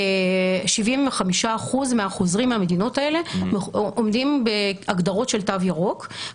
75% מהחוזרים מהמדינות האלה עומדים בהגדרות של תו ירוק.